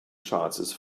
chances